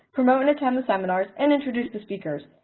promote and attend the seminars, and introduce the speakers.